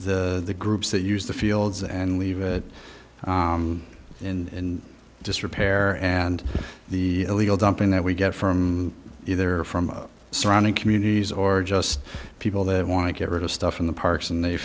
about the groups that use the fields and leave it in disrepair and the illegal dumping that we get from either from surrounding communities or just people that want to get rid of stuff in the parks and they